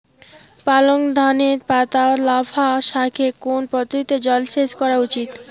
পালং ধনে পাতা লাফা শাকে কোন পদ্ধতিতে জল সেচ করা উচিৎ?